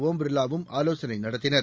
ஒம் பிர்லாவும் ஆலோசனை நடத்தினர்